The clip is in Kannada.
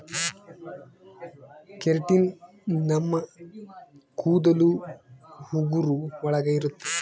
ಕೆರಟಿನ್ ನಮ್ ಕೂದಲು ಉಗುರು ಒಳಗ ಇರುತ್ತೆ